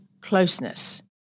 closeness